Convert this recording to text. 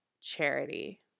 charity